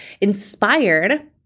Inspired